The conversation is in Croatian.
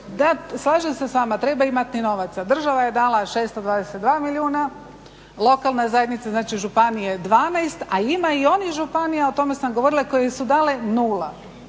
Da, slažem se sa vama. Treba imati novaca. Država je dala 622 milijuna, lokalna zajednica, znači županije 12, a ima i onih županija o tome sam govorila koje su dale nula.